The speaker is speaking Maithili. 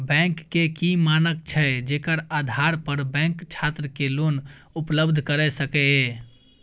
बैंक के की मानक छै जेकर आधार पर बैंक छात्र के लोन उपलब्ध करय सके ये?